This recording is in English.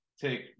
take